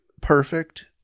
perfect